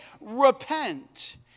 repent